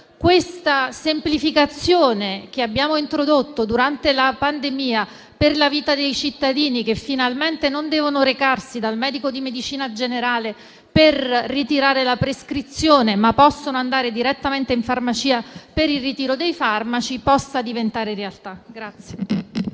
questa semplificazione, che abbiamo introdotto durante la pandemia, per la vita dei cittadini, che finalmente non devono recarsi dal medico di medicina generale per ritirare la prescrizione e che possono recarsi direttamente in farmacia per il ritiro dei farmaci, possa diventare realtà.